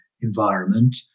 environment